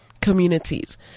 communities